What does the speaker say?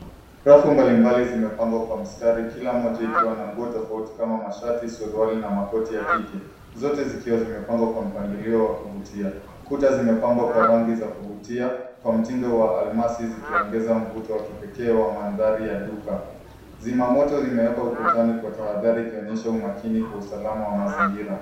Rafu mbalimbali zimepangwa kwa mistari, kila moja ikiwa na nguo tofauti kama mashati, suruali na makoti ya kike. Zote zikiwa zimepangwa kwa mpangilio wa kuvutia. Kuta zimepambwa kwa rangi za kuvutia, kwa mtindo wa almasi zikiongeza mvuto wa kipekee wa mandhari ya duka. Zima moto zimewekwa ukutani kwa tahadhari ikionyesha umakini kwa usalama wa mazingira.